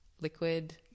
liquid